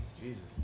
Jesus